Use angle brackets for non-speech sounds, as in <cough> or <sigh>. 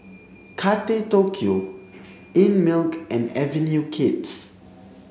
<unintelligible> Tokyo Einmilk and Avenue Kids